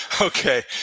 Okay